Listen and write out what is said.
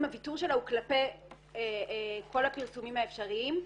הוויתור שלה הוא כלפי כל הפרסומים האפשריים.